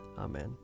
Amen